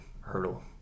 hurdle